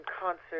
concert